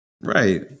Right